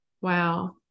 Wow